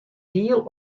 giel